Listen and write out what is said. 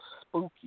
spooky